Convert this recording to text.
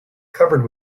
covered